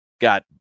got